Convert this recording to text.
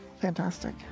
Fantastic